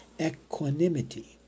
equanimity